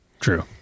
True